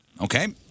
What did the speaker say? Okay